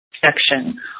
section